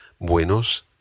Buenos